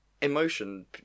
emotion